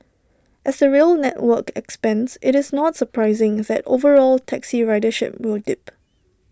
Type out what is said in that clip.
as the rail network expands IT is not surprising that overall taxi ridership will dip